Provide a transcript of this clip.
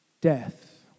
death